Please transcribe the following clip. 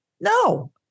No